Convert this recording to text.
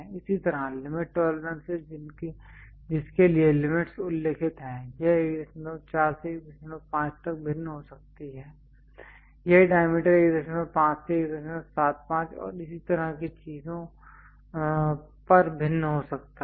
इसी तरह limit tolerances जिसके लिए लिमिटस् उल्लिखित हैं यह 14 से 15 तक भिन्न हो सकती हैं यह डायमीटर 15 से 175 और इसी तरह की चीजों पर भिन्न हो सकता है